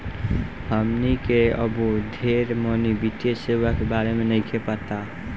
हमनी के अबो ढेर मनी वित्तीय सेवा के बारे में नइखे पता